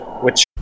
which-